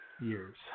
years